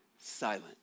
silent